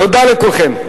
תודה לכולכם.